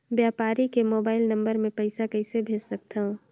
व्यापारी के mobile number मे पईसा कइसे भेज सकथव?